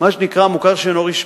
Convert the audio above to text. מה שנקרא "מוכר שאינו רשמי".